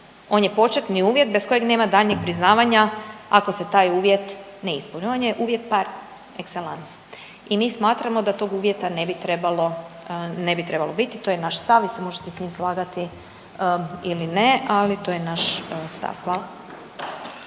On je početni uvjet bez kojeg nema daljnjeg priznavanja ako se taj uvjet ne ispuni. On je uvjet par excellence i mi smatramo da tog uvjeta ne bi trebalo, ne bi trebalo biti, to je naš stav, vi se možete s njim slagati ili ne, ali to je naš stav. Hvala.